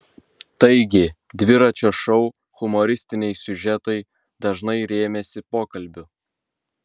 taigi dviračio šou humoristiniai siužetai dažnai rėmėsi pokalbiu